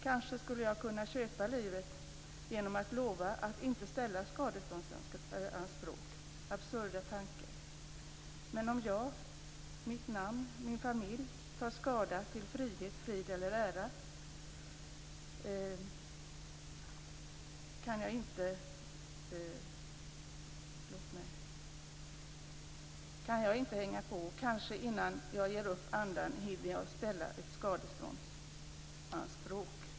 Kanske skulle jag kunna köpa mig livet genom att lova att inte ställa skadeståndsanspråk - absurda tanke! Men om jag, mitt namn eller min familj tar skada till frihet, frid eller ära kan inte hänga på att jag, kanske innan jag ger upp andan, hinner ställa ett skadeståndsanspråk.